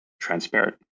transparent